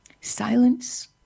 Silence